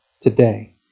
today